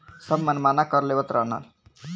सब मनमाना कर लेवत रहलन